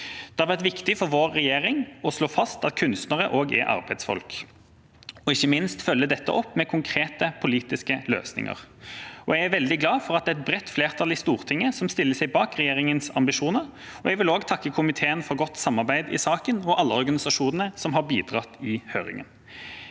Det har vært viktig for vår regjering å slå fast at kunstnere også er arbeidsfolk, og ikke minst følge dette opp med konkrete politiske løsninger. Jeg er veldig glad for at det er et bredt flertall i Stortinget som stiller seg bak regjeringas ambisjoner, og jeg vil også takke komiteen for godt samarbeid i saken og alle organisasjonene som har bidratt i høringen.